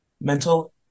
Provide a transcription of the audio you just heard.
mental